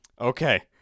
Okay